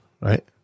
Right